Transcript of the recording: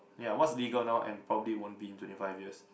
yeah what's legal now and probably won't be in twenty five years